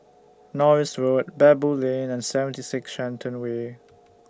Norris Road Baboo Lane and seventy six Shenton Way